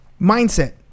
mindset